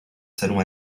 salon